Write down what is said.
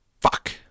Fuck